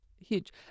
huge